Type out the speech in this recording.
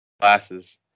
glasses